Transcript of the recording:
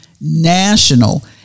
national